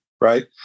right